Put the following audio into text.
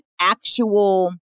actual